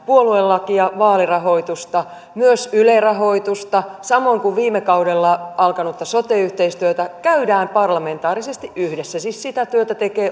puoluelakia vaalirahoitusta myös yle rahoitusta samoin kuin viime kaudella alkanutta sote yhteistyötä käydään parlamentaarisesti yhdessä siis että sitä työtä tekevät